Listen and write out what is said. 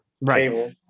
Right